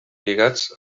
lligats